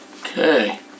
Okay